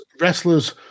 wrestlers